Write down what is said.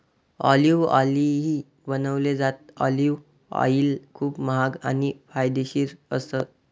olive ऑईलही बनवलं जातं, ऑलिव्ह ऑईल खूप महाग आणि फायदेशीरही असतं